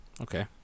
Okay